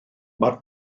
mae